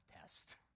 test